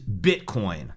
Bitcoin